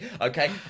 Okay